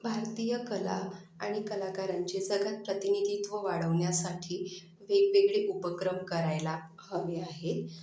भारतीय कला आणि कलाकारांचे जगात प्रतिनिधित्व वाढवण्यासाठी वेगवेगळे उपक्रम करायला हवे आहे